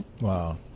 Wow